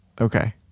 Okay